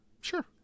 Sure